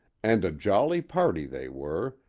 and a jolly party they were,